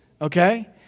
okay